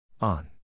on